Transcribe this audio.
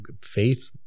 faith